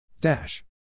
Dash